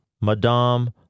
Madame